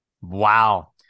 Wow